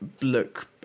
look